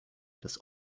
das